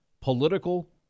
political